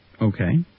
Okay